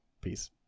Peace